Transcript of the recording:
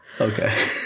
Okay